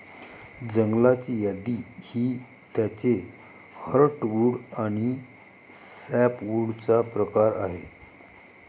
जंगलाची यादी ही त्याचे हर्टवुड आणि सॅपवुडचा प्रकार आहे